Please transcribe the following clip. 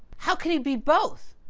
how can he be both?